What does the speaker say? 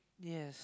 yes